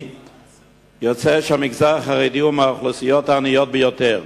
יוצא שהמגזר החרדי הוא מהאוכלוסיות העניות ביותר.